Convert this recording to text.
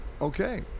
Okay